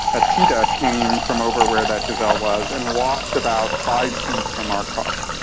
a cheetah came from over where that gazelle was and walked about five feet from our car.